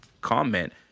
comment